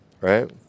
Right